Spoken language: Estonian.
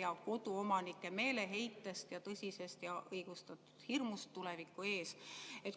ja koduomanike meeleheitest ning tõsisest ja õigustatud hirmust tuleviku ees.